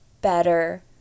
better